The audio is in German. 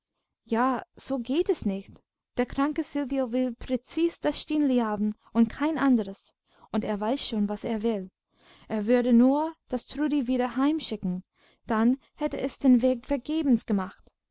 ja so geht es nicht der kranke silvio will präzis das stineli haben und kein anderes und er weiß schon was er will er würde nur das trudi wieder heimschicken dann hätte es den weg vergebens gemacht